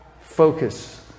focus